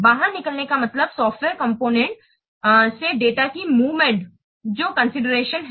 बाहर निकलने का मतलब है सॉफ्टवेयर कॉम्पोनेन्ट कॉम्पोनेन्ट से डेटा की मूवमेंट जो कन्सिडरातिओं है